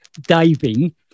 diving